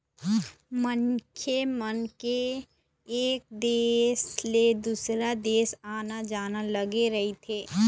मनखे मन के एक देश ले दुसर देश आना जाना लगे रहिथे